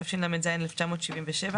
תשל"ז-1977,